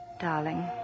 Darling